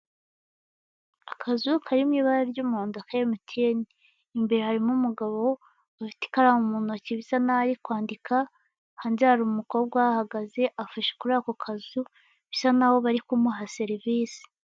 Akazu kari mu ibara ry'umuhodo, ka emutiyeni. Imbere harimo umugabo ufite ikaramu mu ntoki, bisa n'aho ari kwandika, hanze hari umukobwa ahahagaze, afashe kuri ako kazu, bisa n'aho bari kumuha serivisi.